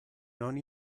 non